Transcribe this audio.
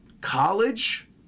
college